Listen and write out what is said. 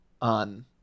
On